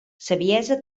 saviesa